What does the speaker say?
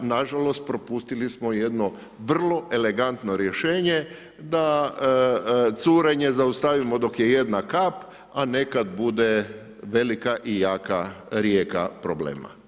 Nažalost propustili smo jedno vrlo elegantno rješenje da curenje zaustavimo dok je jedna kap, a nekad bude velika i jaka rijeka problema.